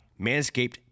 Manscaped